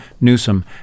Newsom